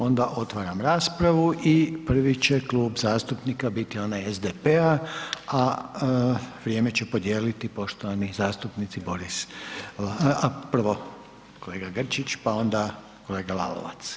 Onda otvaram raspravu i prvi će Klub zastupnika biti onaj SDP-a a vrijeme će podijeliti poštovani zastupnici Boris, prvo kolega Grčić pa onda kolega Lalovac.